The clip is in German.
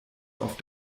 auf